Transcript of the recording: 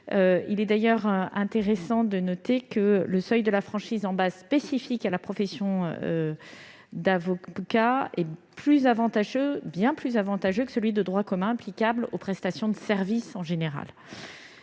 D'ailleurs, le seuil de la franchise en base, spécifique à la profession d'avocat, est bien plus avantageux que le seuil de droit commun applicable aux prestations de services en général.